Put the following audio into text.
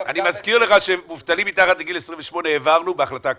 אגב --- אני מזכיר לך שמובטלים מתחת לגיל 28 העברנו בהחלטה הקודמת.